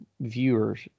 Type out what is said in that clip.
viewers